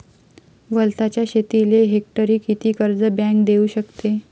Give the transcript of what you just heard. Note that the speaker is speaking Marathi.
वलताच्या शेतीले हेक्टरी किती कर्ज बँक देऊ शकते?